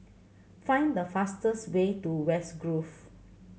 find the fastest way to West Grove